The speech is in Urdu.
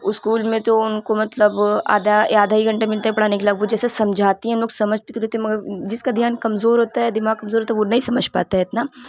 اسکول میں تو ان کو مطلب آدھا یا آدھا ہی گھنٹے ملتے ہیں پڑھانے کے لا وہ جیسے سمجھاتی ہیں ہم لوگ سمجھ تو لیتے ہیں مگر جس کا دھیان کمزور ہوتا ہے دماغ کمزور ہوتا ہے وہ نہیں سمجھ پاتا ہے اتنا